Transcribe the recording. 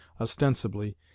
ostensibly